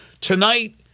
Tonight